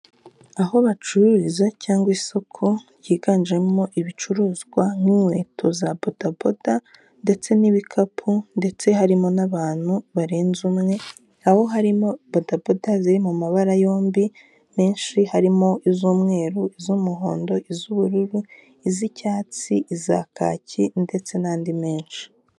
Aho bacururiza cyangwa isoko ryiganjemo ibicuruzwa nk'inkweto za podaboda, ndetse n'ibikapu ndetse harimo n'abantu barenze umwe, aho harimo badaboda ziri mu mabara yombi menshi harimo: iz'umweru, iz'umuhondo, iz'ubururu, iz'icyatsi, iza kaki, ndetse n'andi menshi.